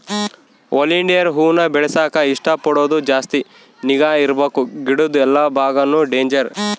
oleander ಹೂವಾನ ಬೆಳೆಸಾಕ ಇಷ್ಟ ಪಡೋರು ಜಾಸ್ತಿ ನಿಗಾ ಇರ್ಬಕು ಗಿಡುದ್ ಎಲ್ಲಾ ಬಾಗಾನು ಡೇಂಜರ್